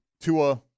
Tua